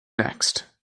next